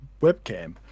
webcam